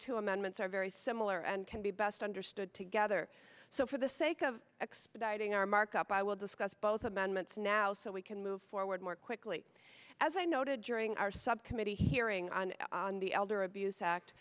two amendments are very i'm a lawyer and can be best understood together so for the sake of expediting our markup i will discuss both amendments now so we can move forward more quickly as i noted during our subcommittee hearing on the elder abuse act